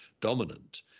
dominant